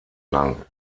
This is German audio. lang